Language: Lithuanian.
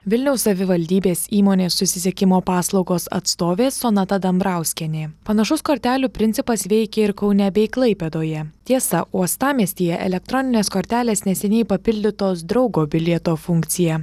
vilniaus savivaldybės įmonės susisiekimo paslaugos atstovė sonata dambrauskienė panašus kortelių principas veikia ir kaune bei klaipėdoje tiesa uostamiestyje elektroninės kortelės neseniai papildytos draugo bilieto funkcija